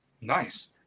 nice